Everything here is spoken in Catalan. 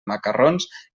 macarrons